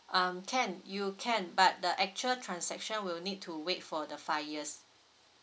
um can you can but the actual transaction will need to wait for the five years